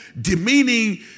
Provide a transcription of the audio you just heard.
demeaning